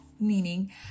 meaning